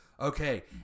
Okay